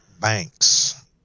banks